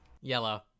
Yellow